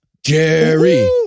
Jerry